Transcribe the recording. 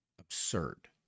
absurd